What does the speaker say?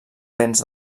vents